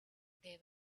they